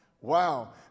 Wow